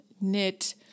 knit